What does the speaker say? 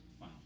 Wow